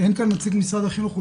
אין כאן נציג משרד החינוך,